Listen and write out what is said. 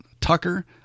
Tucker